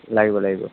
লাগিব লাগিব